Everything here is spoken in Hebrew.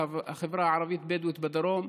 בחברה הערבית-בדואית בדרום,